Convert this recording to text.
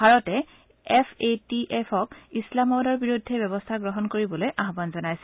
ভাৰতে F A T F ক ইছলামাবাদৰ বিৰুদ্ধে ব্যৱস্থা গ্ৰহণ কৰিবলৈ আহবান জনাইছে